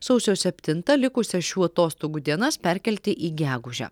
sausio septintą likusias šių atostogų dienas perkelti į gegužę